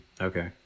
Okay